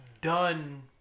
done